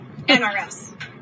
NRS